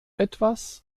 etwas